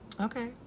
Okay